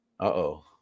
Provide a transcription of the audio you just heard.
Uh-oh